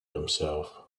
himself